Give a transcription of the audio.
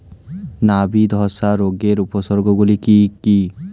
নাবি ধসা রোগের উপসর্গগুলি কি কি?